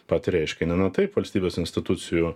patį reiškinį na taip valstybės institucijų